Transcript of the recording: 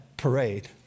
parade